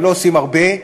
הם לא עושים הרבה.